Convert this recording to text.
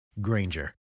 Granger